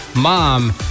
mom